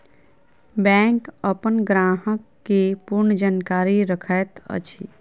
bank अपन ग्राहक के पूर्ण जानकारी रखैत अछि